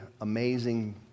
amazing